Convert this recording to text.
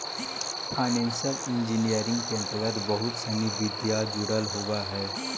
financial engineering के अंतर्गत बहुत सनि विधा जुडल होवऽ हई